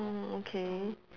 mm okay